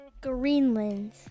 Greenland